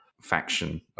faction